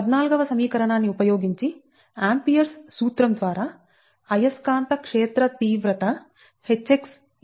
14 వ సమీకరణాన్ని ఉపయోగించి ఆంపియర్స్ సూత్రంAmperes law ద్వారా అయస్కాంత క్షేత్ర తీవ్రత Hx Ix 2𝜋x